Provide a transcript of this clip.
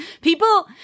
people